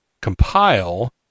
compile